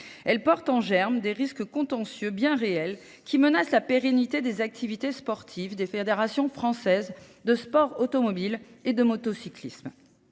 Elle porte en germe des risques contentieux bien réels qui menacent la pérennité des activités sportives des fédérations françaises de sport automobile et de motocyclisme.